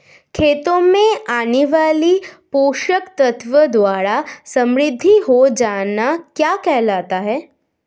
खेतों से आने वाले पोषक तत्वों द्वारा समृद्धि हो जाना क्या कहलाता है?